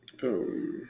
Boom